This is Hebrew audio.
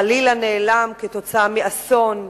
חלילה נעלם כתוצאה מאסון,